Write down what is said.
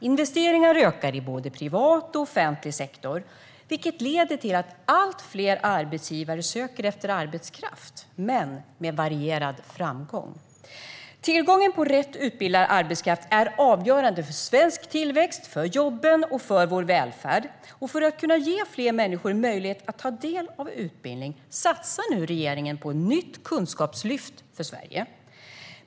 Investeringar ökar i både privat och offentlig sektor, vilket leder till att allt fler arbetsgivare söker efter arbetskraft men med varierad framgång. Tillgången på rätt utbildad arbetskraft är avgörande för svensk tillväxt, för jobben och för vår välfärd. För att kunna ge fler människor möjlighet att ta del av utbildning satsar nu regeringen på nytt kunskapslyft för Sverige.